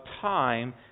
time